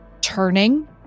turning